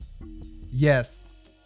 Yes